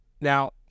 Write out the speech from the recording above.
Now